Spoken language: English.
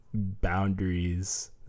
boundaries